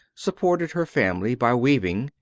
supported her family by weaving,